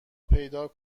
پیدا